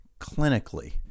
clinically